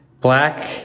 Black